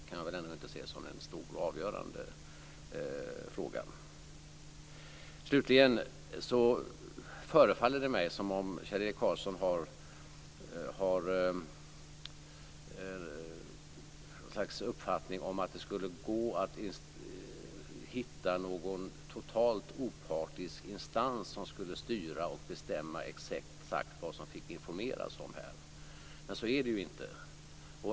Slutligen vill jag säga att det förefaller som om Kjell-Erik Karlsson uppfattar det som att det skulle gå att hitta någon totalt opartisk instans som skulle styra och bestämma exakt vad man får informera om. Men så är det ju inte.